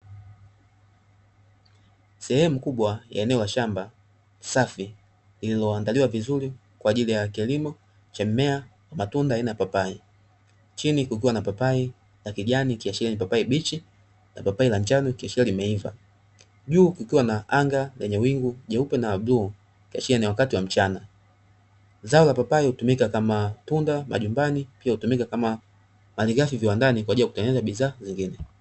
Sehemu kubwa ya eneo la shamba safi lilioandaliwa vizuri kwa ajili ya kilimo cha mimea ya matunda aina papai. Chini kukiwa na papai la kijani ikiashiria ni papai bichi, na papai la njano ikiashiria limeiva. Juu kukiwa na anga lenye wingu jeupe na la bluu likiashiria ni wakati wa mchana. Zao la papai hutumika kama tunda majumbani, pia hutumika kama malighafi viwandani kwa ajili ya kutengeneza bidhaa zingine.